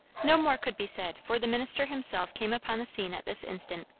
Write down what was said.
no more could be said, for the minister himself came upon the scene at this instant.